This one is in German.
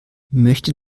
möchte